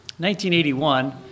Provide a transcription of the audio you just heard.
1981